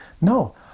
No